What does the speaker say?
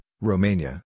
Romania